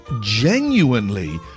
genuinely